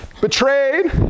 betrayed